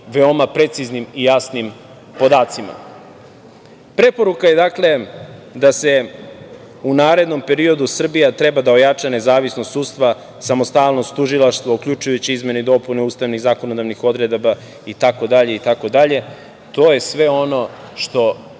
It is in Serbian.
veoma preciznim i jasnim podacima. Preporuka je u narednom periodu da Srbija treba da ojača nezavisnost sudstva, samostalnost tužilaštva, uključujući izmene i dopune ustavnih i zakonodavnih odredaba, itd. To je sve ono što